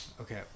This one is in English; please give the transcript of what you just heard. okay